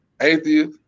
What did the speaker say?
atheist